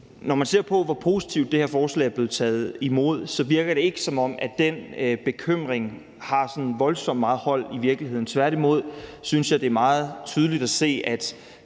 når man ser på, hvor positivt det her forslag er blevet taget imod, så virker det ikke, som om den bekymring har sådan voldsomt meget hold i virkeligheden. Tværtimod synes jeg, det er meget tydeligt at se, at